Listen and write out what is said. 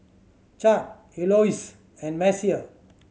Chadd Eloise and Messiah